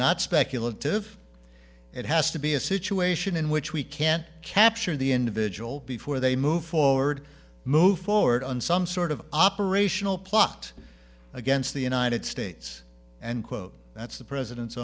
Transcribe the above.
not speculative it has to be a situation in which we can capture the individual before they move forward move forward on some sort of operational plot against the united states and quote that's the president's